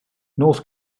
north